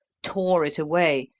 tore it away,